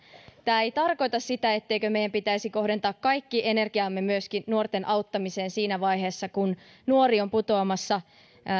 tämä ei tarkoita sitä etteikö meidän pitäisi kohdentaa kaikki energiamme myöskin nuorten auttamiseen siinä vaiheessa kun nuori on putoamassa